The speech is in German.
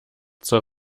zur